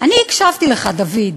אני הקשבתי לך, דוד.